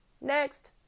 Next